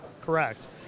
correct